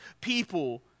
people